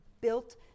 built